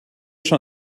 schon